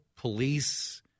police